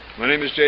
my name is jd yeah